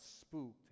spooked